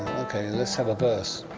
okay, let's have a verse.